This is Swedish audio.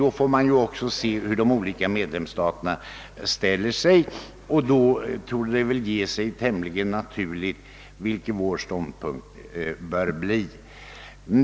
Då får man också se hur de olika medlemsstaterna ställer sig, och det torde därvid framstå som tämligen naturligt vilken vår ståndpunkt bör bli.